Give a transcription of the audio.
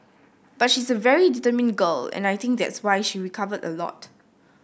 but she's a very determined girl and I think that's why she recovered a lot